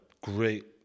great